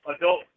adult